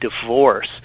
divorce